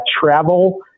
travel